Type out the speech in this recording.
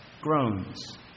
groans